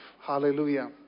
Hallelujah